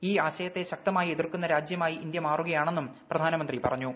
ഈ ആശയത്തെ ശക്തമായിഎതിർക്കുന്ന രാജ്യമായി ഇന്ത്യ മാറുകയാണെന്നുംപ്രധാനമന്ത്രി പറഞ്ഞു